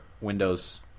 Windows